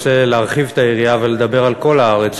רוצה להרחיב את היריעה ולדבר על כל הארץ,